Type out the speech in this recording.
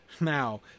now